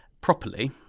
properly